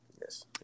Yes